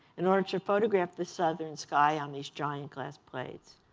in order to photograph the southern sky on these giant glass plates.